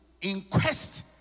inquest